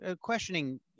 questioning